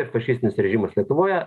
ir fašistinis režimas lietuvoje